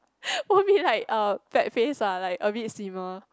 won't be like uh fat face ah like a bit slimmer